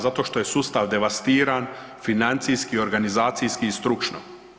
Zato što je sustav devastiran, financijski, organizacijski i stručno.